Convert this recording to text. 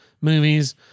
movies